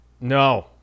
No